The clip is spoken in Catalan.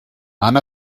han